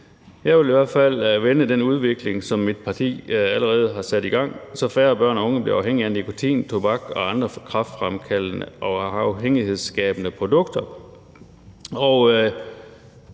Jeg vil i hvert fald følge den udvikling, som mit parti allerede har sat i gang, så færre børn og unge bliver afhængige af nikotin, tobak og andre kræftfremkaldende og afhængighedsskabende produkter.